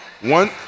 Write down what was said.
One